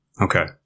Okay